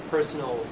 Personal